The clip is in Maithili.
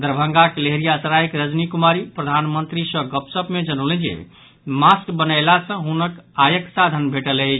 दरभंगाक लहेरियासरायक रजनी कुमारी प्रधानमंत्री सँ गपशप मे जनौलनि जे मास्क बनयला सँ हुनका आयक साधन भेटल अछि